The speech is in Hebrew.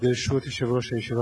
ברשות יושב-ראש הישיבה,